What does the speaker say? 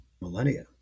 millennia